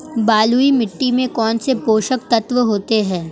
बलुई मिट्टी में कौनसे पोषक तत्व होते हैं?